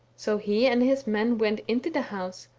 so he and his men went into the house,